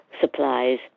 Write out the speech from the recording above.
supplies